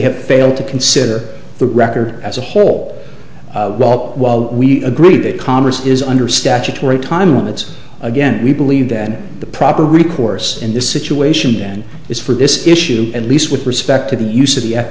have failed to consider the record as a whole while we agree that congress is under statutory time limits again we believe that the proper recourse in this situation then is for this issue at least with respect to the use of the f